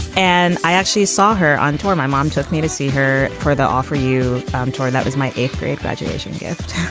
and i actually saw her on tour my mom took me to see her for the offer you um toy. that was my eighth grade graduation gift